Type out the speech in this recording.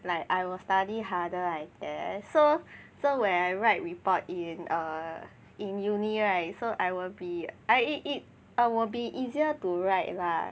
like I will study harder I guess so when I write report in err in uni right so I won't be I I it will be easier to write 吧